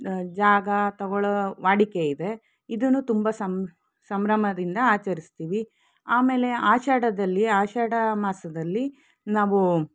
ಜಾಗ ತೊಗೊಳ್ಳೋ ವಾಡಿಕೆ ಇದೆ ಇದನ್ನೂ ತುಂಬ ಸಂಭ್ರಮದಿಂದ ಆಚರಿಸ್ತೀವಿ ಆಮೇಲೆ ಆಷಾಢದಲ್ಲಿ ಆಷಾಢ ಮಾಸದಲ್ಲಿ ನಾವು